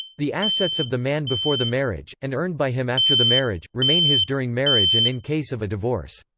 the assets of the man before the marriage, and earned by him after the marriage, remain his during marriage and in case of a divorce.